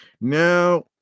Now